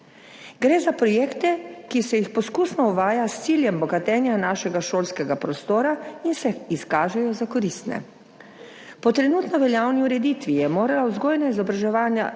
Gre za projekte, ki se jih poskusno uvaja s ciljem bogatenja našega šolskega prostora in se izkažejo za koristne. Po trenutno veljavni ureditvi je morala vzgojno-izobraževalna